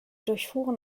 durchfuhren